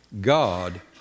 God